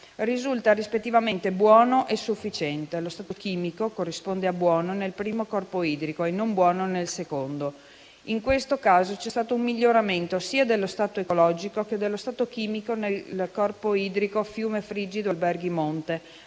risulta rispettivamente buono e sufficiente. Lo stato chimico corrisponde a buono nel primo corpo idrico e non buono nel secondo. In questo caso, c'è stato un miglioramento sia dello stato ecologico che dello stato chimico nel corpo idrico fiume Frigido-Alberghi monte,